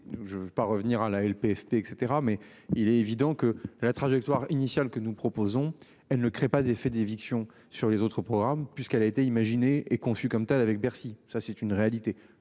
je pas revenir à la LPFP et cetera mais il est évident que la trajectoire initiale que nous proposons. Elle ne crée pas d'effet d'éviction sur les autres programmes puisqu'elle a été imaginée et conçue comme telle avec Bercy, ça c'est une réalité